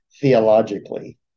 theologically